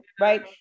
Right